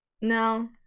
No